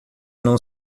não